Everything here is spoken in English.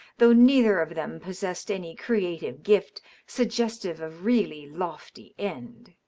though neither of them possessed any creative gift suggestive of really lofty end.